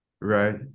right